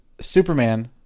Superman